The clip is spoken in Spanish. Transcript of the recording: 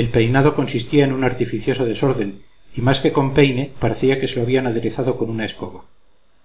el peinado consistía en un artificioso desorden y más que con peine parecía que se lo habían aderezado con una escoba